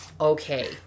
Okay